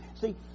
see